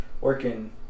working